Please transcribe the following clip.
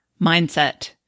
mindset